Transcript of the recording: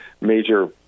major